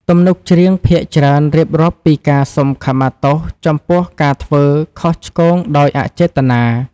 ទំនុកច្រៀងភាគច្រើនរៀបរាប់ពីការសុំខមាទោសចំពោះការធ្វើខុសឆ្គងដោយអចេតនា។